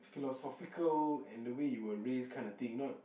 philosophical and the way you were raised kind of thing not